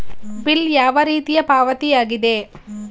Bill ಯಾವ ರೀತಿಯ ಪಾವತಿಯಾಗಿದೆ?